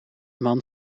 man